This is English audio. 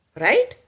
right